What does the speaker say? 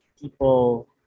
people